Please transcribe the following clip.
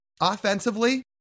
Offensively